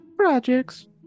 projects